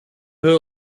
her